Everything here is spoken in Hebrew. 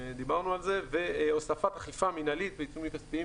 דיברנו על זה והוספת אכיפה מינהלית ועיצומים כספיים